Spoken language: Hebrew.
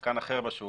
מצרכן אחר בשוק,